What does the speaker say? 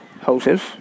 houses